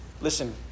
listen